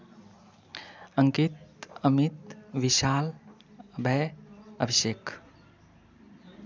Ankit Amit Vishal Abhay Abhishek